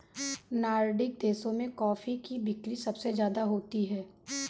Nordic देशों में coffee की बिक्री सबसे ज्यादा होती है